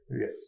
Yes